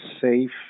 safe